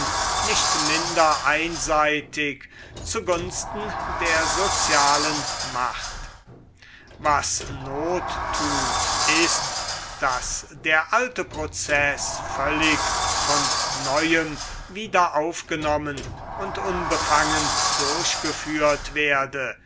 nicht minder einseitig zu gunsten der soziälen macht was not tut ist daß der alte prozeß völlig von neuem wieder aufgenommen und unbefangen durchgeführt werde